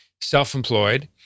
self-employed